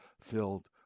filled